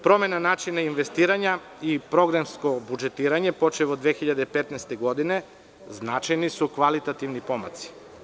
Promena načina investiranja i programsko budžetiranje, počev od 2015. godine, značajni su kvalitativni pomaci.